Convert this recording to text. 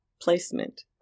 placement